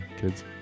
kids